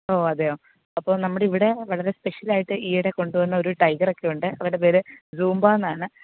ഓ അതെയോ അപ്പം നമ്മുടെ ഇവിടെ വളരെ സ്പെഷ്യൽ ആയിട്ട് ഈയിടെ കൊണ്ടു വന്ന ഒരു ടൈഗറൊക്കെയുണ്ട് അവിടെ പേര് സൂമ്പ എന്നാണ്